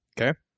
Okay